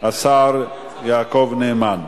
השר יעקב נאמן.